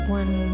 one